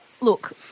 look